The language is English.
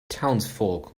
townsfolk